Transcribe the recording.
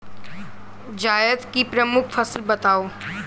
जायद की प्रमुख फसल बताओ